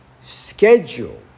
schedule